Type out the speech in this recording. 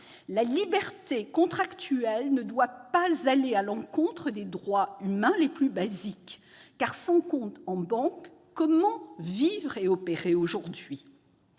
La liberté contractuelle ne doit pas aller à l'encontre des droits humains les plus basiques. En effet, sans compte en banque, comment vivre et opérer aujourd'hui ?